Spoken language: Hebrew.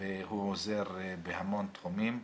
והוא עוזר בהמון תחומים.